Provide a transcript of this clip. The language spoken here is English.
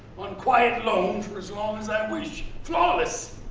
on quiet loan for as long as i wish. flawless.